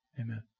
Amen